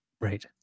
Right